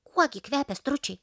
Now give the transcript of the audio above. kuogi kvepia stručiai